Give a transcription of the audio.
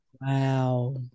Wow